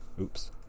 Oops